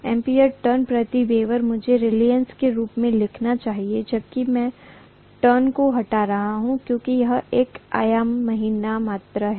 ampere turn प्रति weber मुझे reluctance के रूप में लिखना चाहिए जबकि मैं टर्न को हटा रहा हूं क्योंकि यह एक आयामहीन मात्रा है